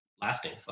lasting